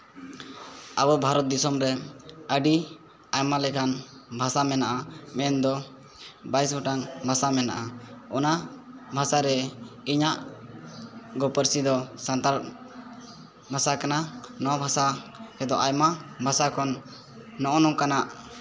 ᱟᱵᱚ ᱵᱷᱟᱨᱚᱛ ᱫᱤᱥᱚᱢ ᱨᱮ ᱟᱹᱰᱤ ᱟᱭᱢᱟ ᱞᱮᱠᱟᱱ ᱵᱷᱚᱥᱟ ᱢᱮᱱᱟᱜᱼᱟ ᱢᱮᱱᱫᱚ ᱵᱟᱭᱤᱥ ᱜᱚᱴᱟᱝ ᱵᱷᱟᱥᱟ ᱢᱮᱱᱟᱜᱼᱟ ᱚᱱᱟ ᱵᱷᱟᱥᱟ ᱨᱮ ᱤᱧᱟᱹᱜ ᱜᱚ ᱯᱟᱹᱨᱥᱤ ᱫᱚ ᱥᱟᱱᱛᱟᱲ ᱵᱷᱟᱥᱟ ᱠᱟᱱᱟ ᱱᱚᱣᱟ ᱵᱷᱟᱥᱟ ᱨᱮᱫᱚ ᱟᱭᱢᱟ ᱵᱷᱟᱥᱟ ᱠᱷᱚᱱ ᱱᱚᱜᱼᱚᱸᱭ ᱱᱚᱝᱠᱟᱱᱟᱜ